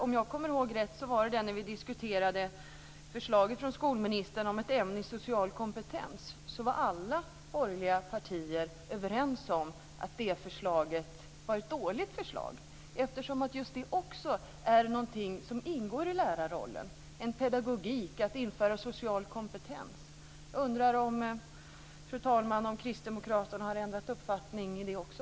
Om jag kommer ihåg rätt när vi diskuterade förslaget från skolministern om ett ämne i social kompetens så var alla borgerliga partier överens om att det förslaget var dåligt, eftersom det också är någonting som ingår i lärarrollen - en pedagogik att införa social kompetens. Fru talman! Jag undrar om kristdemokraterna har ändrat uppfattning om det också?